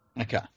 Okay